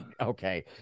Okay